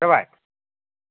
जाबाय